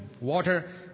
water